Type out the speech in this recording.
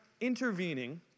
intervening